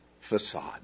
facade